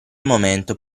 momento